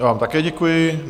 Já vám také děkuji.